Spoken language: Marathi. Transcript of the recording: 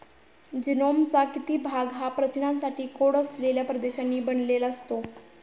जीनोमचा किती भाग हा प्रथिनांसाठी कोड असलेल्या प्रदेशांनी बनलेला असतो?